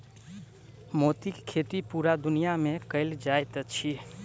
मोतीक खेती पूरा दुनिया मे कयल जाइत अछि